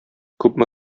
күпме